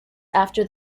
after